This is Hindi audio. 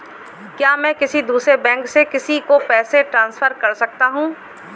क्या मैं किसी दूसरे बैंक से किसी को पैसे ट्रांसफर कर सकता हूँ?